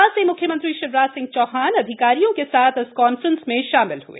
भो ाल से म्ख्यमंत्री शिवराज सिंह चौहान अधिकारियों के साथ इस कॉन्फ्रेंस में शामिल हए